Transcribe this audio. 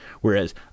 whereas